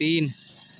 तीन